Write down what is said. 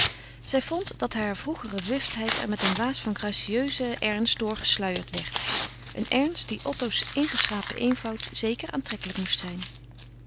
zij vond dat haar vroegere wuftheid er met een waas van gracieusen ernst door gesluierd werd een ernst die otto's ingeschapen eenvoud zeker aantrekkelijk moest zijn